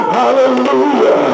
hallelujah